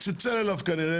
צלצל אליו כנראה,